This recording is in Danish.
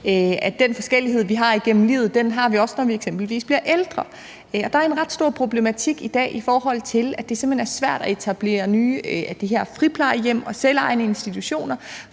den forskellighed, vi har igennem livet, har vi også, når vi eksempelvis bliver ældre. Og der er en ret stor problematik i dag, i forhold til at det simpelt hen er svært at etablere nye friplejehjem og selvejende institutioner,